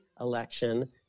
election